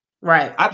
Right